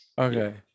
Okay